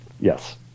Yes